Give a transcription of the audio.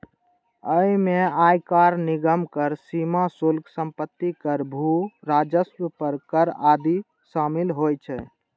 अय मे आयकर, निगम कर, सीमा शुल्क, संपत्ति कर, भू राजस्व पर कर आदि शामिल होइ छै